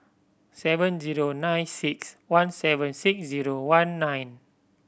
seven zero nine six one seven six zero one nine